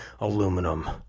aluminum